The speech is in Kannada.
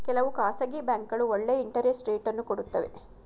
ಕೆಲವು ಖಾಸಗಿ ಬ್ಯಾಂಕ್ಗಳು ಒಳ್ಳೆಯ ಇಂಟರೆಸ್ಟ್ ರೇಟ್ ಅನ್ನು ಕೊಡುತ್ತವೆ